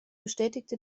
bestätigte